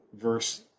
verse